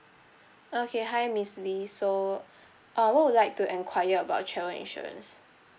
okay hi miss lee so uh what would you like to enquire about travel insurance